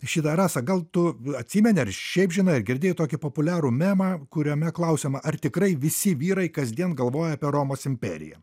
šita rasa gal tu atsimeni ar šiaip žinai ar girdėjai tokį populiarų memą kuriame klausiama ar tikrai visi vyrai kasdien galvoja apie romos imperiją